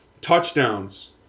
Touchdowns